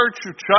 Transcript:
Church